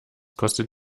kostet